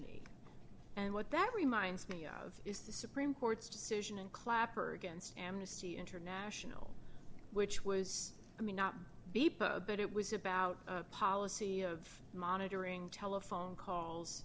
y and what that reminds me of is the supreme court's decision and clapper against amnesty international which was i mean not b p but it was about a policy of monitoring telephone calls